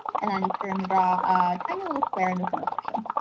and i'm just going to draw a tiny little square in this intersection.